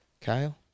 kyle